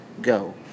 go